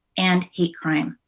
and hate crime.